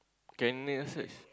can eh search